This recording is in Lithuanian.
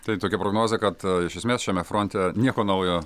tai tokia prognozė kad iš esmės šiame fronte nieko naujo